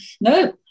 no